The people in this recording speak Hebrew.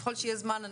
ככל שיהיה זמן,.